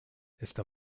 está